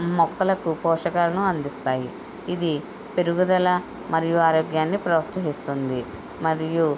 మొక్కలకు పోషకాలను అందిస్తాయి ఇది పెరుగుదల మరియు ఆరోగ్యాన్ని ప్రోత్సహిస్తుంది మరియు